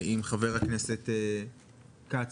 חבר הכנסת מופיד מרעי,